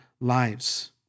lives